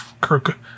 Kirk